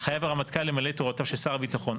חייב הרמטכ"ל למלא את הוראתו של שר הביטחון".